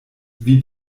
wie